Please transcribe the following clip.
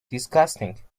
disgusting